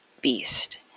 beast